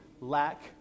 lack